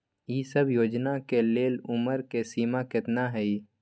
ई सब योजना के लेल उमर के सीमा केतना हई?